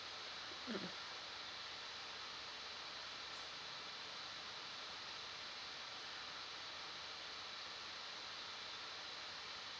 mm